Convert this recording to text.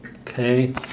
Okay